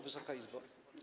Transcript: Wysoka Izbo!